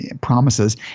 promises